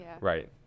right